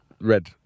red